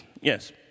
Yes